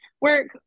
work